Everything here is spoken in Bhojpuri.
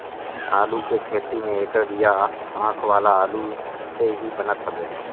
आलू के खेती में एकर बिया आँख वाला आलू से ही बनत हवे